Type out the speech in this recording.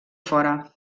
fora